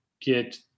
get